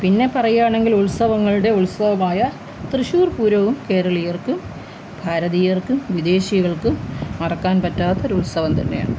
പിന്നെ പറയുകയാണെങ്കിൽ ഉത്സവങ്ങളുടെ ഉത്സവമായ തൃശ്ശൂർ പൂരവും കേരളീയർക്ക് ഭാരതീയർക്ക് വിദേശികൾക്ക് മറക്കാൻ പറ്റാത്തൊരുത്സവം തന്നെയാണ്